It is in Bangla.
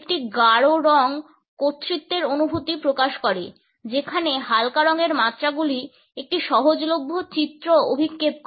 একটি গাঢ় রং কর্তৃত্বের অনুভূতি প্রকাশ করে যেখানে হালকা রঙের মাত্রাগুলি একটি সহজলভ্য চিত্র অভিক্ষেপ করে